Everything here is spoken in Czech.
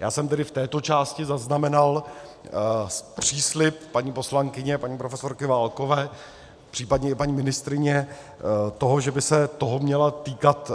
Já jsem v této části zaznamenal příslib paní poslankyně, paní profesorky Válkové, případně i paní ministryně, toho, že by se toho měla týkat